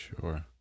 Sure